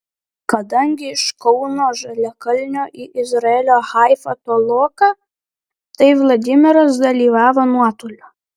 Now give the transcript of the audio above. kadangi iš kauno žaliakalnio į izraelio haifą toloka tai vladimiras dalyvavo nuotoliu